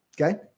Okay